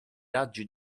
raggi